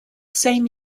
same